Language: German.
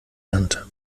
ernte